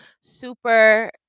super